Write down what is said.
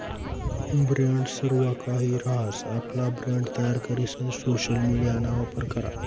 brand सर्वकाहि रहास, आपला ब्रँड तयार करीसन सोशल मिडियाना वापर करा